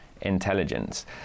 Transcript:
intelligence